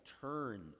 turn